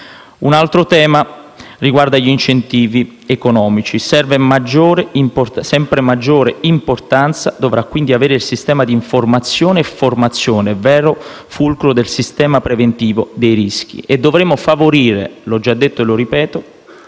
Un altro tema riguarda gli incentivi economici. Sempre maggiore importanza dovrà, quindi, avere il sistema di informazione e formazione, vero fulcro del sistema preventivo dei rischi e dovremo favorire - l'ho già detto e lo ripeto